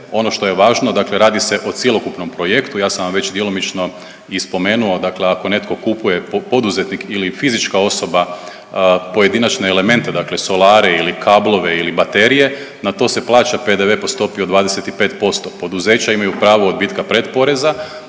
Ono što je važno, dakle radi se o cjelokupnom projektu. Ja sam vam već djelomično i spomenuo, dakle ako netko kupuje, poduzetnik ili fizička osoba pojedinačne elemente, dakle solare ili kablove ili baterije na to se plaća PDV po stopi od 25%. Poduzeća imaju pravo odbitka pred poreza.